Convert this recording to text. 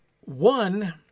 One